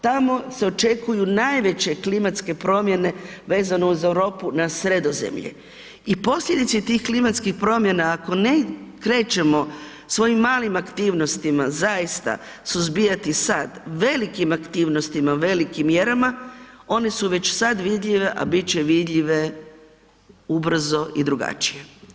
Tamo se očekuju najveće klimatske promjene vezano uz Europu na Sredozemlje i posljedice tih klimatskih promjena, ako ne krećemo svojim malim aktivnostima, zaista suzbijati sad, velikim aktivnostima, velikim mjerama, one su već sad vidljive, a bit će vidljive ubrzo i drugačije.